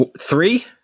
three